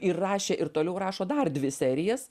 ir rašė ir toliau rašo dar dvi serijas